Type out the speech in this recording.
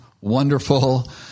wonderful